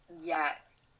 Yes